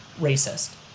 racist